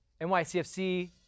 NYCFC